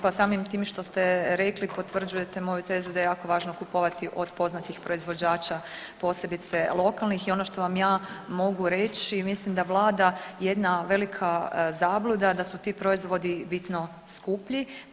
Pa samim tim što ste rekli potvrđujete moju tezu da je jako važno kupovati od poznatih proizvođača, posebice lokalnih i ono što vam ja mogu reći mislim da vlada jedna velika zabluda da su ti proizvodi bitno skuplji.